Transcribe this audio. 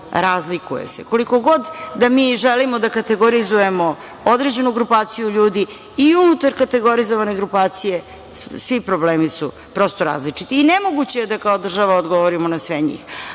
razlikuje se. Koliko god da mi želimo da kategorizujemo određenu grupaciju ljudi i unutar kategorizovane grupacije svi problemi su različiti. Nemoguće je da kao država odgovorimo na sve njih,